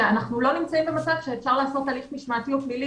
כשאנחנו לא נמצאים במצב שאפשר לעשות הליך משמעתי או פלילי